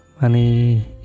Money